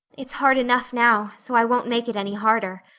it's hard enough now, so i won't make it any harder.